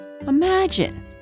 Imagine